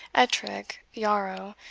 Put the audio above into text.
ettrick, yarrow,